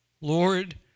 Lord